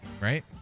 Right